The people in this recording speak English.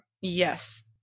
Yes